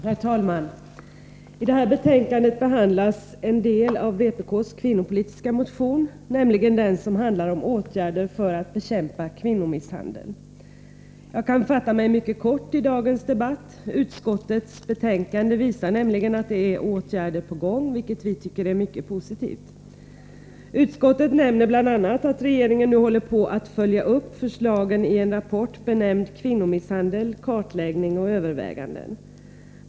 Herr talman! I detta betänkande behandlas en del av vpk:s kvinnopolitiska motion, nämligen den som handlar om åtgärder för att bekämpa kvinnomisshandel. Jag kan fatta mig mycket kort i dagens debatt. Utskottets betänkande visar nämligen att det är åtgärder på gång, vilket vi tycker är mycket positivt. Utskottet nämner bl.a. att regeringen nu håller på att följa upp förslagen i rapporten Kvinnomisshandel, Kartläggning och överväganden.